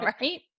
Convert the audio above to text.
right